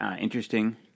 interesting